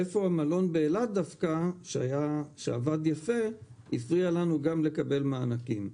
כיצד דווקא המלון באילת שעבד יפה הפריע לנו לקבל מענקים.